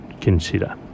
consider